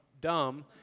dumb